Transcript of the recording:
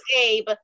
Abe